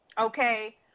Okay